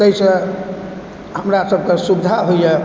अइसँ हमरा सबके सुविधा होइए